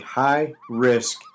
high-risk